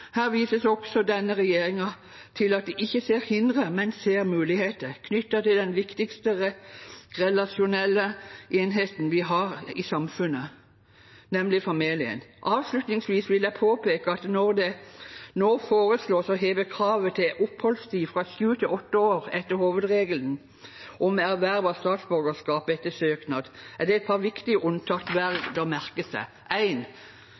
Her viser også denne regjeringen til at de ikke ser hindre, men muligheter knyttet til den viktigste relasjonelle enheten vi har i samfunnet, nemlig familien. Avslutningsvis vil jeg påpeke at når det nå foreslås å heve kravet til oppholdstid fra sju til åtte år etter hovedregelen om erverv av statsborgerskap etter søknad, er det et par viktige unntak verd å merke seg: